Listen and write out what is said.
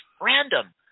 random